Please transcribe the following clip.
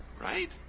Right